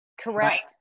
Correct